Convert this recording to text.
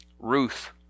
Ruth